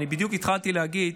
אני בדיוק התחלתי להגיד,